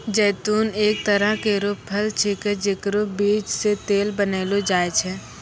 जैतून एक तरह केरो फल छिकै जेकरो बीज सें तेल बनैलो जाय छै